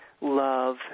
love